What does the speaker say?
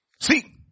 see